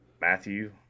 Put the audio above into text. Matthew